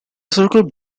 circle